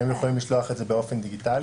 הם יכולים לשלוח את זה באופן דיגיטלי?